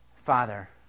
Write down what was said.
Father